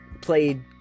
played